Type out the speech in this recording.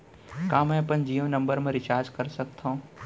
का मैं अपन जीयो नंबर म रिचार्ज कर सकथव?